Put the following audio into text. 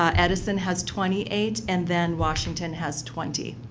um edison has twenty eight, and then washington has twenty.